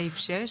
סעיף 6,